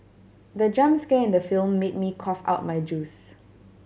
the jump scare in the film made me cough out my juice